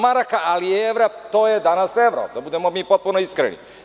Maraka ili evra, to je danas evro, da budemo mi potpuno iskreni.